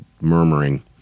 murmuring